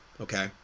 Okay